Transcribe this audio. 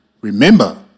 Remember